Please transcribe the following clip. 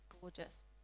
gorgeous